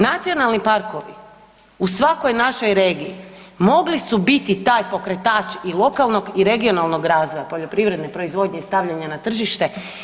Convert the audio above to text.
Nacionalni parkovi u svakoj našoj regiji mogli su biti taj pokretač i lokalnog i regionalnog razvoja poljoprivredne proizvodnje i stavljanja na tržište.